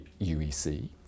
UEC